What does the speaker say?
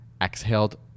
exhaled